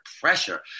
pressure